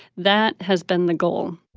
that has been the goal